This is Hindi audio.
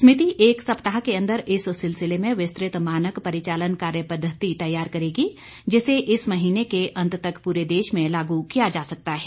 समिति एक सप्ताह के अंदर इस सिलसिले में विस्तृत मानक परिचालन कार्य पद्धति तैयार करेगी जिसे इस महीने के अंत तक पूरे देश में लागू किया जा सकता है